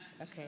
okay